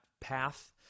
path